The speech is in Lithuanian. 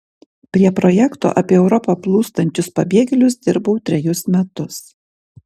prie projekto apie į europą plūstančius pabėgėlius dirbau trejus metus